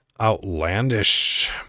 outlandish